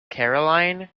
caroline